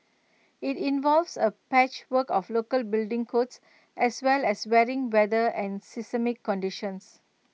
IT involves A patchwork of local building codes as well as varying weather and seismic conditions